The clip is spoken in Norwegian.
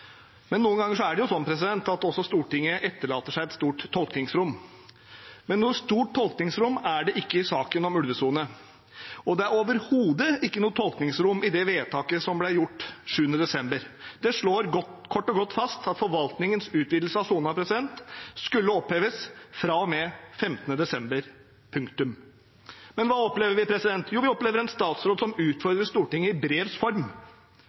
Noen ganger er det jo sånn at også Stortinget etterlater seg et stort tolkningsrom, men noe stort tolkningsrom er det ikke i saken om ulvesone. Og det er overhodet ikke noe tolkningsrom i det vedtaket som ble gjort 7. desember. Det slår kort og godt fast at forvaltningens utvidelse av sonen skulle oppheves fra og med 15. desember. Punktum. Men hva opplever vi? Jo, vi opplever en statsråd som utfordrer Stortinget i brevs form.